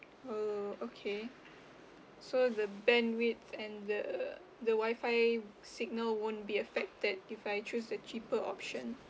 uh okay so the bandwidth and the the Wi-Fi signal won't be affected if I choose the cheaper option